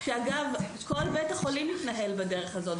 שאגב כל בית החולים מתנהל בדרך הזו,